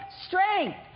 strength